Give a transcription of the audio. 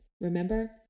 Remember